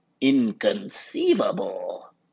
inconceivable